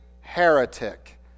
heretic